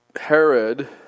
Herod